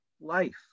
life